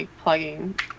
plugging